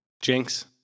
jinx